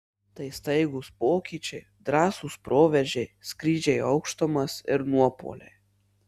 tai staigūs pokyčiai drąsūs proveržiai skrydžiai į aukštumas ir nuopuoliai